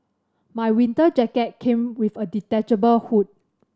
my winter jacket came with a detachable hood